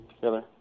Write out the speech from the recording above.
together